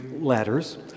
letters